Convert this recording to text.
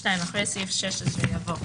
(2) אחרי סעיף 16 יבוא: